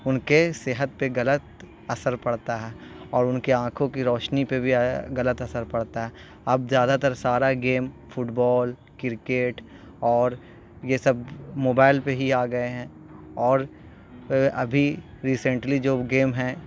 ان کے صحت پہ غلط اثر پڑتا ہے اور ان کے آنکھوں کی روشنی پہ بھی غلط اثر پڑتا ہے اب زیادہ تر سارا گیم فٹبال کرکٹ اور یہ سب موبائل پہ ہی آ گئے ہیں اور ابھی ریسینٹلی جو گیم ہیں